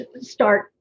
start